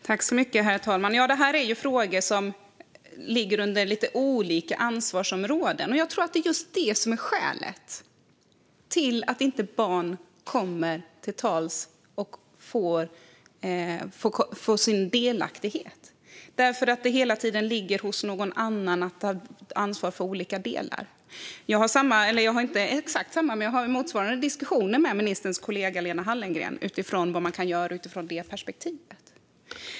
Herr talman! Det här är frågor som ligger under lite olika ansvarsområden. Jag tror att det är just det som är skälet till att barn inte kommer till tals och får vara delaktiga. Ansvaret för de olika delarna ligger hela tiden hos någon annan. Jag har motsvarande diskussioner med ministerns kollega Lena Hallengren om vad man kan göra.